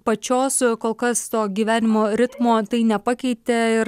pačios kol kas to gyvenimo ritmo tai nepakeitė ir